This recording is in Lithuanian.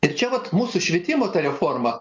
ir čia vat mūsų švietimo reforma